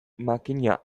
makina